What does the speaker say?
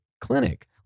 clinic